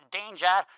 danger